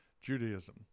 Judaism